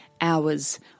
hours